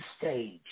stage